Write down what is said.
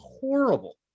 horrible